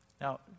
Now